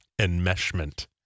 Enmeshment